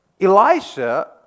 Elisha